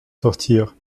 sortir